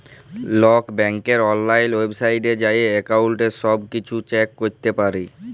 call ব্যাংকের অললাইল ওয়েবসাইটে যাঁয়ে এক্কাউল্টের ছব কিছু চ্যাক ক্যরতে পারি